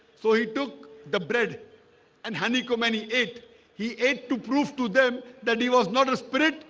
so he took the bread and honeycomb any ate he ate to prove to them that he was not a spirit,